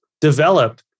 develop